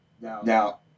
now